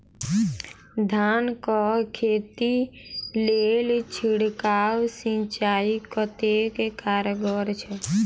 धान कऽ खेती लेल छिड़काव सिंचाई कतेक कारगर छै?